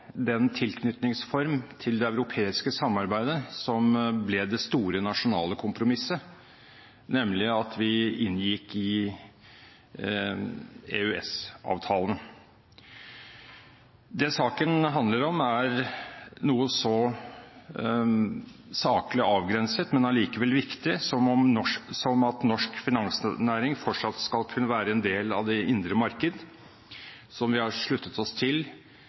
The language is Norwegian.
den tilknytningsform til det europeiske samarbeidet som ble det store nasjonale kompromisset, nemlig at vi inngikk EØS-avtalen. Det saken handler om, er noe så saklig avgrenset, men allikevel viktig, som at norsk finansnæring fortsatt skal kunne være en del av det indre marked, som vi har sluttet oss til